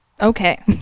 okay